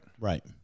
Right